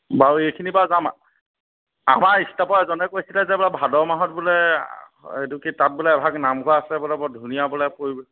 বাৰু এইখিনিৰ পৰা যাম আমাৰ ষ্টাফৰ এজনে কৈছিলে যে এইবাৰ বোলে ভাদ মাহত বোলে এইটো কি তাত বোলে এভাগ নামঘৰ আছে বোলে বৰ ধুনীয়া বোলে পৰিৱেশ